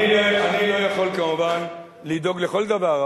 אני לא יכול כמובן לדאוג לכל דבר,